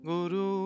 Guru